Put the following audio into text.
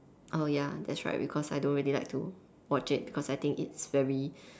oh ya that's right because I don't really like to watch it because I think it's very